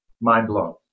Mind-blown